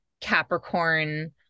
Capricorn